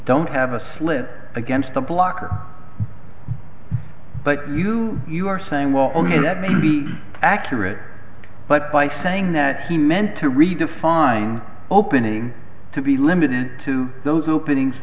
don't have a slip against the blocker but you you are saying well that may be accurate but by saying that he meant to redefine opening to be limited to those openings